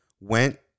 went